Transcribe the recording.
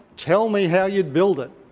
tell me how you'd build it.